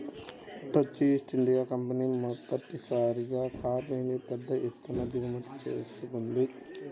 Dutch East India Company మొదటిసారిగా కాఫీని పెద్ద ఎత్తున దిగుమతి చేసుకుంది